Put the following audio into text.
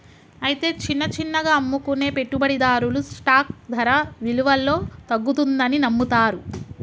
అయితే చిన్న చిన్నగా అమ్ముకునే పెట్టుబడిదారులు స్టాక్ ధర విలువలో తగ్గుతుందని నమ్ముతారు